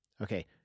Okay